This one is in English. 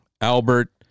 Albert